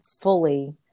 fully